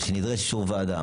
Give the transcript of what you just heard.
נדרש אישור ועדה.